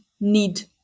need